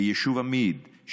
ביישוב עמיד,